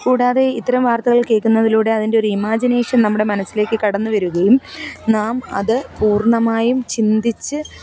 കൂടാതെ ഇത്തരം വാർത്തകൾ കേൾക്കുന്നതിലൂടെ അതിൻറ്റെയൊരു ഇമാജിനേഷൻ നമ്മുടെ മനസ്സിലേക്ക് കടന്നുവരികയും നാം അത് പൂർണ്ണമായും ചിന്തിച്ച്